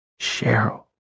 Cheryl